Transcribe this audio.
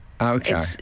Okay